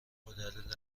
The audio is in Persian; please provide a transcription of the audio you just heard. غدد